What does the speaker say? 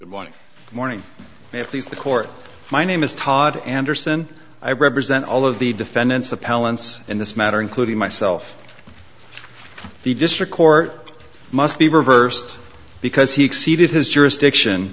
one morning if these the court my name is todd anderson i represent all of the defendants appellants in this matter including myself the district court must be reversed because he exceeded his jurisdiction